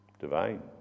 divine